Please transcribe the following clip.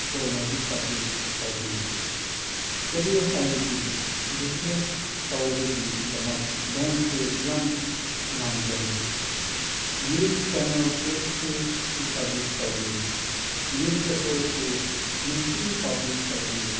ꯑꯣꯏꯅ ꯏꯁꯇꯥꯕ꯭ꯂꯤꯁ ꯇꯧꯕꯤꯌꯦ ꯀꯔꯤ ꯍꯥꯏꯔꯗꯤ ꯕꯤꯖꯤꯅꯦꯁ ꯇꯧꯕꯒꯤꯗꯃꯛ ꯂꯣꯟꯁꯦ ꯌꯥꯝ ꯉꯥꯡꯖꯔꯤ ꯅ꯭ꯌꯨꯖ ꯆꯦꯅꯦꯜꯁꯤꯡꯁꯨ ꯏꯁꯇꯥꯕ꯭ꯂꯤꯁ ꯇꯧꯕꯤꯌꯦ ꯅ꯭ꯌꯨꯖ ꯄꯦꯄꯔꯁꯨ ꯅꯨꯡꯇꯤ ꯄꯥꯕ꯭ꯂꯤꯁ ꯇꯧꯕꯤꯌꯦ